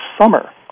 summer